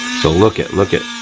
so look it, look it,